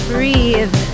Breathe